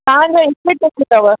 तव्हां जा इस्टेटस अथव